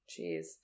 Jeez